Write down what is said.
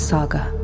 Saga